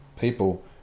people